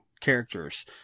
characters